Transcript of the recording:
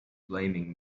blaming